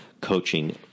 coaching